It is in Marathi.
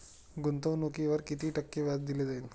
गुंतवणुकीवर किती टक्के व्याज दिले जाईल?